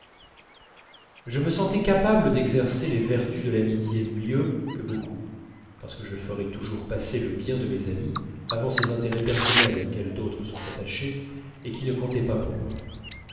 je me sentais capable d'exercer les vertus de l'amitié mieux que beaucoup parce que je ferais toujours passer le bien de mes amis avant ces intérêts personnels auxquels d'autres sont attachés et qui ne comptaient pas pour moi